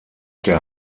der